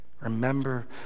Remember